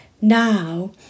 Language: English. now